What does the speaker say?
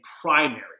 primary